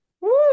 Woo